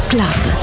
Club